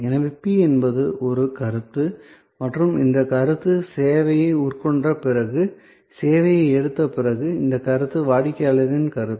எனவே P என்பது ஒரு கருத்து மற்றும் இந்த கருத்து சேவையை உட்கொண்ட பிறகு சேவையை எடுத்த பிறகு இந்த கருத்து வாடிக்கையாளர்களின் கருத்து